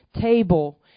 table